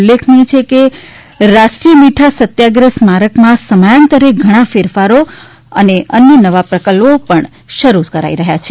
ઉલ્લેખનીય છે કે રાષ્ટ્રીય મીઠા સત્યાગ્રહ્ સ્મારકમાં સમયાંતરે ઘણા ફેરફારો અને અન્ય નવા પ્રકલ્પો પણ શરૂ થઈ રહ્યા છે